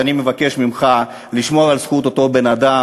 אז אני מבקש ממך לשמור על זכות אותו בן-אדם,